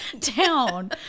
town